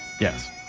Yes